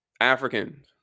African